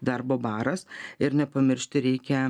darbo baras ir nepamiršti reikia